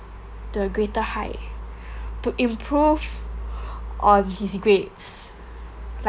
the greater high to improve on his grade like